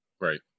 Right